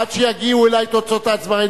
עד שיגיעו אלי תוצאות ההצבעה,